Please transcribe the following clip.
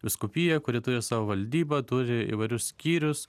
vyskupija kuri turi savo valdybą turi įvairius skyrius